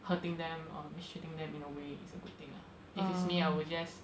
hurting them or mistreating them in a way it's a good thing ah it's me I will just